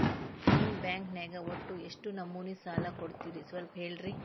ನಿಮ್ಮ ಬ್ಯಾಂಕ್ ನ್ಯಾಗ ಒಟ್ಟ ಎಷ್ಟು ನಮೂನಿ ಸಾಲ ಕೊಡ್ತೇರಿ ಸ್ವಲ್ಪ ಹೇಳ್ರಿ